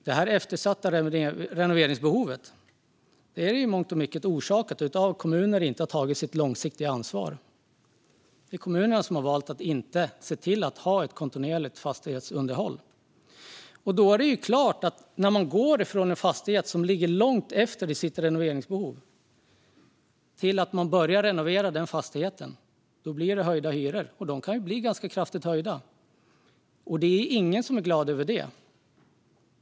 Det eftersatta renoveringsbehovet är i mångt och mycket orsakat av att kommuner inte har tagit sitt långsiktiga ansvar. Det är kommunerna som har valt att inte se till att ha ett kontinuerligt fastighetsunderhåll. Det är klart att när en fastighet som har ett stort eftersatt renoveringsbehov börjar renoveras blir det höjda hyror. De hyrorna kan höjas kraftigt, och det är ingen som är glad över det.